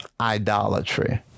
Idolatry